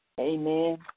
Amen